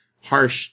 harsh